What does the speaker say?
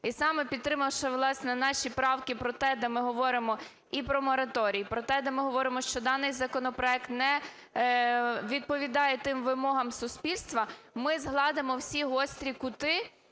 І саме підтримавши, власне, наші правки про те, де ми говоримо і про мораторій, і про те, де ми говоримо, що даний законопроект не відповідає тим вимогам суспільства, ми згладимо всі гострі кути